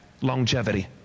longevity